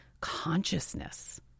consciousness